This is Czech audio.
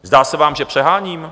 Zdá se vám, že přeháním?